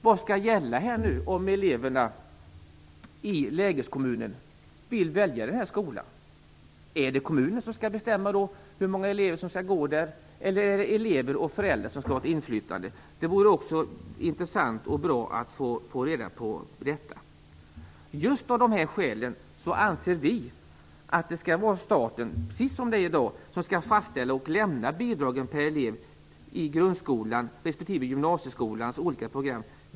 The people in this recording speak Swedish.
Vad skall gälla om eleverna i lägeskommunen vill välja den skolan? Är det då kommunen som skall bestämma hur många elever som skall gå där eller skall elever och föräldrar ha ett inflytande? Det vore intressant att få veta det. Just av dessa skäl anser vi att staten, precis som i dag, skall fastställa och lämna bidragen per elev i grundskolan respektive gymnasieskolans olika program.